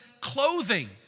clothing